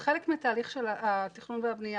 זה חלק מהתהליך של התכנון והבנייה,